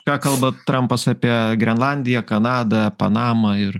ką kalba trampas apie grenlandiją kanadą panamą ir